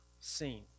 seen